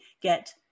get